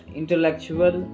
intellectual